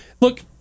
Look